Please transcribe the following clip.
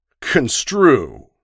construe